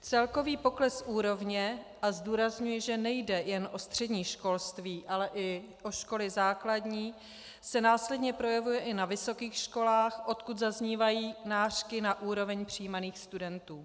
Celkový pokles úrovně a zdůrazňuji, že nejde jen o střední školství, ale i o školy základní se následně projevuje i na vysokých školách, odkud zaznívají nářky na úroveň přijímaných studentů.